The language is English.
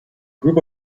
group